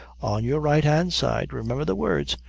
on your right hand side remember the words.